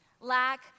lack